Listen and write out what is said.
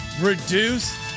reduce